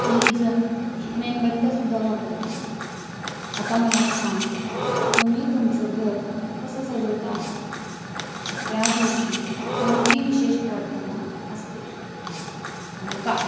काहीजण मेणबत्यासुद्धा वापरतात आता मला सांग तुम्ही तुमचं घर कसं सजवता त्या दिवशी कोणती विशेष प्रार्थना असते आणि का